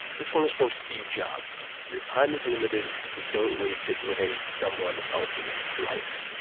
this one is from steve jobs. your time is limited, so don't waste it living someone else's life.